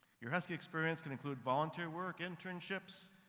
your husky experience can include volunteer work, internships,